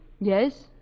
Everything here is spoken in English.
Yes